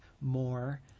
more